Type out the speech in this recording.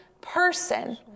person